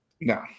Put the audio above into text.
No